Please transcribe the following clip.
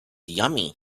yummy